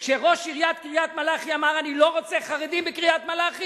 כשראש עיריית קריית-מלאכי אמר: אני לא רוצה חרדים בקריית-מלאכי,